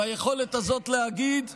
ביכולת הזאת להגיד: